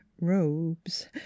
robes